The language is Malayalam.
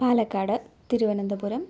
പാലക്കാട് തിരുവനന്തപുരം